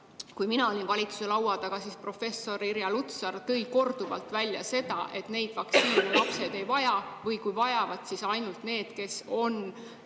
Kui mina olin valitsuse laua taga, siis professor Irja Lutsar tõi korduvalt välja seda, et neid vaktsiine lapsed ei vaja, või kui vajavad, siis ainult need, kes on